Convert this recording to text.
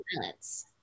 violence